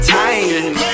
time